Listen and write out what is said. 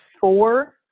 four